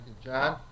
John